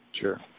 Sure